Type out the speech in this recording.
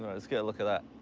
let's get a look at that.